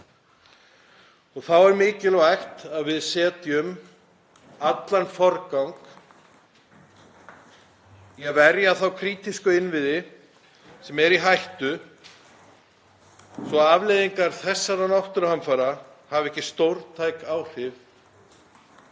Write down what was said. og þá er mikilvægt að við setjum allan forgang í að verja þá krítísku innviði sem eru í hættu svo að afleiðingar þessara náttúruhamfara hafi ekki stórtæk áhrif